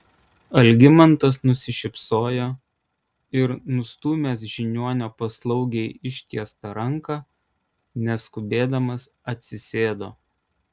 algimantas nusišypsojo ir nustūmęs žiniuonio paslaugiai ištiestą ranką neskubėdamas atsisėdo